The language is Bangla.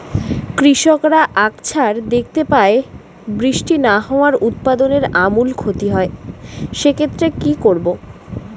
কৃষকরা আকছার দেখতে পায় বৃষ্টি না হওয়ায় উৎপাদনের আমূল ক্ষতি হয়, সে ক্ষেত্রে কি করব?